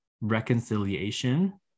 reconciliation